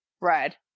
Red